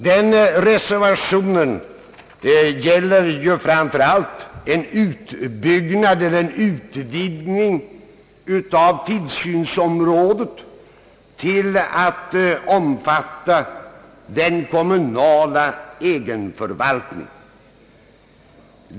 Den reservationen gäller ju framför allt frågan om utvidgning av tillsynsområdet till att omfatta den kommunala egenförvaltningen.